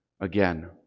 Again